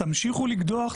תמשיכו לקדוח,